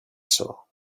saw